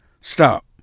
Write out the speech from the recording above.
Stop